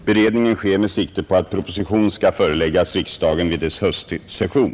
Beredningen sker med sikte på att proposition skall föreläggas riksdagen vid dess höstsession.